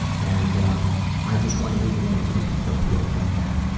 and um i just want to read the names of the people who have done that